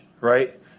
right